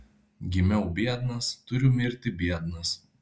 gimiau biednas turiu mirti biednas